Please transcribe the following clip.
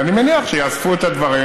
ואני מניח שיאספו את הדברים